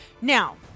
Now